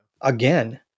again